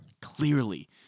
Clearly